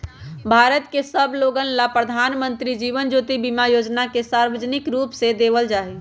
भारत के सब लोगन ला प्रधानमंत्री जीवन ज्योति बीमा योजना के सार्वजनिक रूप से देवल जाहई